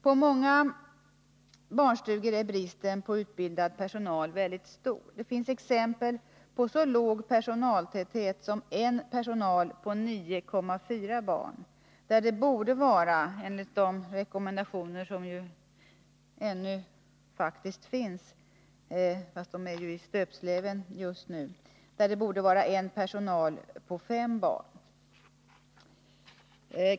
På många barnstugor är bristen på utbildad personal mycket stor. Det finns exempel på så låg personaltäthet som en anställd på 9,4 barn, där det — enligt de rekommendationer som ju faktiskt ännu finns, även om de just nu är i stöpsleven — borde vara en anställd på 5 barn.